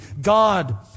God